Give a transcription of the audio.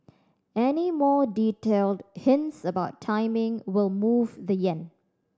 any more detailed hints about timing will move the yen